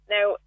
Now